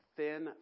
thin